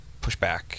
pushback